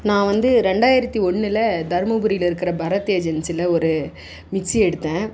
நான் வந்து ரெண்டாயிரத்தி ஒன்றுல தருமபுரியில் இருக்கிற பரத் ஏஜென்ஸியில் ஒரு மிக்சி எடுத்தேன்